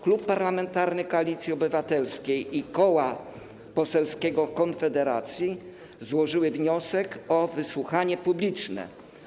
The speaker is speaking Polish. Klub Parlamentarny Koalicja Obywatelska i Koło Poselskie Konfederacja złożyły wniosek o wysłuchanie publiczne.